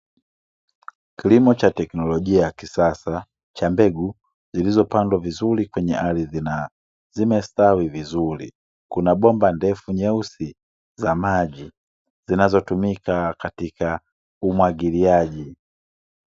Kilimo cha teknolojia ya kisasa cha mbegu zilizopandwa vizuri kwenye ardhi na zimestawi vizuri kuna bomba ndefu nyeusi za maji zinazotumika katika umwagiliaji.